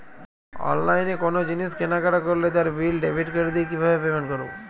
অনলাইনে কোনো জিনিস কেনাকাটা করলে তার বিল ডেবিট কার্ড দিয়ে কিভাবে পেমেন্ট করবো?